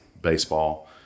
baseball